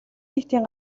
нийтийн